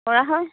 কৰা হয়